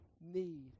need